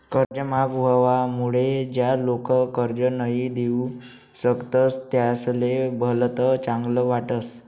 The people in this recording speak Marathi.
कर्ज माफ व्हवामुळे ज्या लोक कर्ज नई दिऊ शकतस त्यासले भलत चांगल वाटस